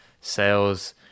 sales